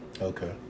Okay